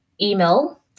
email